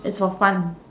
it's for fun